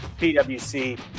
PWC